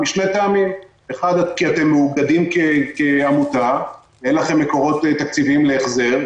משני טעמים: 1. כי אתם מאוגדים כעמותה ואין לכם מקורות תקציביים להחזר,